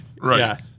right